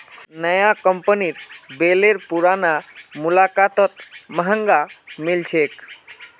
नया कंपनीर बेलर पुरना मुकाबलात महंगा मिल छेक